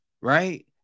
right